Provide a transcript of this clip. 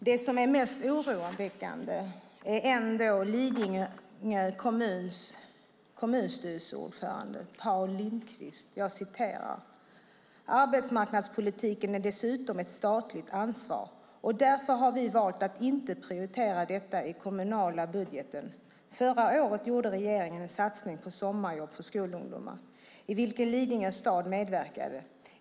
Det som är mest oroväckande är dock det Lidingö kommuns styrelseordförande Paul Lindquist säger: "Arbetsmarknadspolitiken är dessutom ett statligt ansvar och därför har vi valt att inte prioritera detta i den kommunala budgeten. Förra året gjorde regeringen en satsning på sommarjobb för skolungdomar, i vilken Lidingö stad medverkade.